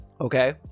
Okay